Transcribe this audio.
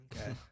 Okay